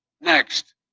Next